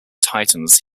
titans